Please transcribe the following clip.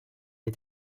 est